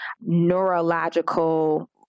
neurological